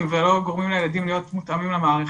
ולא גורמים לילדים להיות מותאמים למערכת.